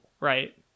right